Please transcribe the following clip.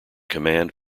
command